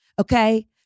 okay